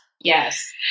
Yes